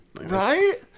Right